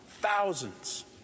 Thousands